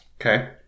Okay